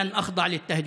ולא איכנע לאיומים.)